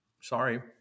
Sorry